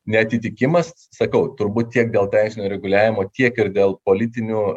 neatitikimas sakau turbūt tiek dėl teisinio reguliavimo tiek ir dėl politinių